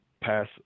Pass